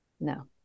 No